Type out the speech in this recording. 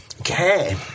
okay